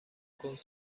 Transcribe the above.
کنگ